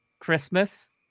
Christmas